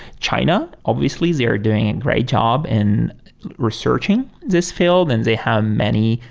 china, obviously, they're doing a great job in researching this field and they have many,